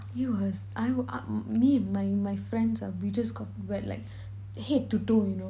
it was I w~ I m~ me my my friends ah we just got wet like head to toe you know